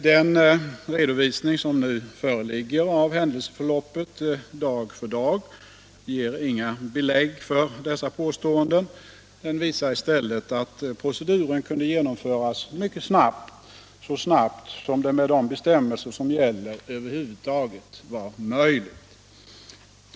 Den redovisning som nu föreligger av händelseförloppet dag för dag ger inga belägg för dessa påståenden. Den visar i stället att proceduren kunde genomföras mycket snabbt, så snabbt som det med de bestämmelser som gäller över huvud taget var möjligt.